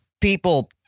people